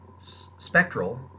spectral